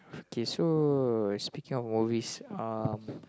okay so speaking of movies um